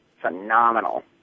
phenomenal